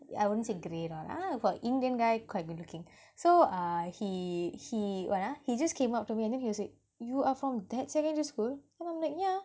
I wouldn't say great lah ah for indian guy quite good looking so ah he he what ah he just came up to me and then he was like you are from that secondary school and I'm like yeah